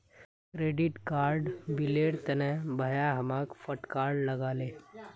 credit card बिलेर तने भाया हमाक फटकार लगा ले